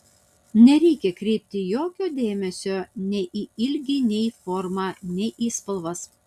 nereikia kreipti jokio dėmesio nei į ilgį nei į formą nei į spalvas